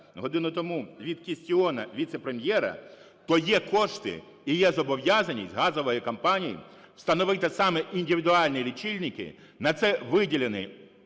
годину тому від Кістіона, віце-прем'єра. То є кошти і є зобов'язаність газової компанії встановити саме індивідуальні лічильники, на це виділені